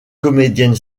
comédienne